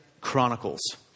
Chronicles